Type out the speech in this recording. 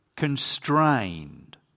constrained